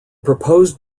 proposed